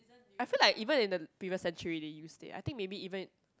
I feel like even in the previous century they used it I think maybe even